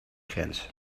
grens